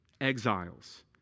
exiles